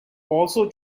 also